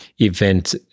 event